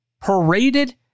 paraded